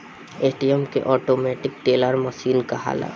ATM के automatic teller machine कहाला